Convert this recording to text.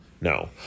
no